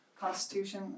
Constitution